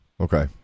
Okay